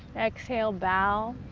exhale, bow,